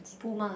Puma